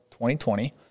2020